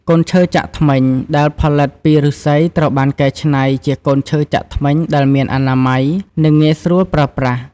កូនឈើចាក់ធ្មេញ ដែលផលិតពីឫស្សីត្រូវបានកែច្នៃជាកូនឈើចាក់ធ្មេញដែលមានអនាម័យ និងងាយស្រួលប្រើប្រាស់។